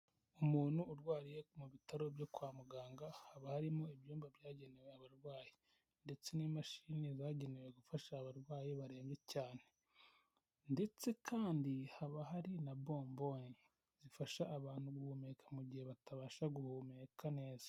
Umuntu urwariye mu bitaro byo kwa muganga, haba harimo ibyumba byagenewe abarwayi ndetse n'imashini zagenewe gufasha abarwayi barembye cyane, ndetse kandi haba hari na bomboni zifasha abantu guhumeka mu gihe batabasha guhumeka neza.